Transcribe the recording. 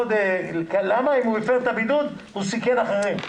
אם הוא הפר את הבידוד, הוא סיכן אחרים.